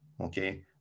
okay